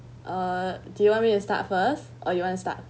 uh do you want me to start first or you want to start